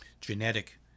genetic